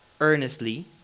earnestly